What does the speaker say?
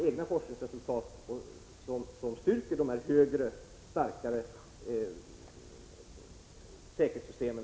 Egna forskningsresultat styrker dessa starkare säkerhetssystem.